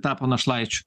tapo našlaičiu